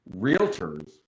realtors